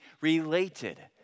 related